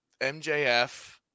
MJF